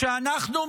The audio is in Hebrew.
שאנחנו,